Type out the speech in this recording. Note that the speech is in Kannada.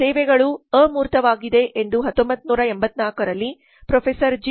ಸೇವೆಗಳು ಅಮೂರ್ತವಾಗಿದೆ ಎಂದು 1984 ರಲ್ಲಿ ಬರೆದ ಪ್ರೊಫೆಸರ್ ಜಿ